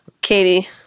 Katie